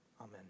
Amen